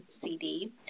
CD